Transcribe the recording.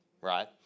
right